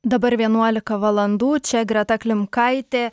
dabar vienuolika valandų čia greta klimkaitė